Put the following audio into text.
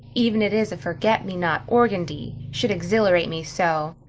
even it is a forget-me-not organdy. should exhilarate me so,